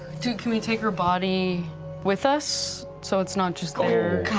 dude, can we take her body with us so it's not just there?